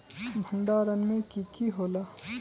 भण्डारण में की की होला?